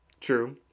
True